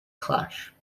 clash